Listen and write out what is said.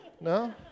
No